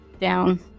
down